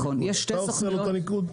אתה עושה לו את הניקוד?